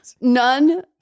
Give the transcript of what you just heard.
None